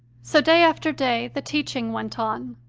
so day after day the teaching went on.